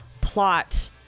plot